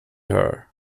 her